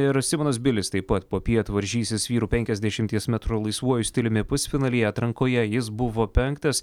ir simonas bilis taip pat popiet varžysis vyrų penkiasdešimties metrų laisvuoju stiliumi pusfinalyje atrankoje jis buvo penktas